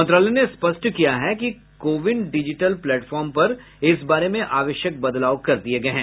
मंत्रालय ने स्पष्ट किया है कि कोविन डिजिटल प्लेटफॉर्म पर इस बारे में आवश्यक बदलाव कर दिए गए हैं